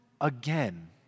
again